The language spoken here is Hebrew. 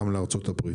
גם לארצות הברית.